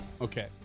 Okay